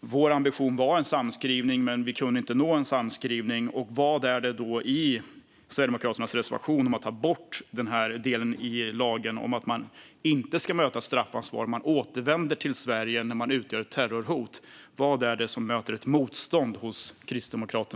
Vår ambition var en samskrivning, men vi kunde inte nå en samskrivning. Vad är det i Sverigedemokraternas reservation, om att ta bort den delen i lagen som handlar om att man inte ska möta straffansvar om man återvänder till Sverige när man utgör ett terrorhot, som möter ett motstånd hos Kristdemokraterna?